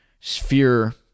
sphere